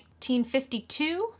1952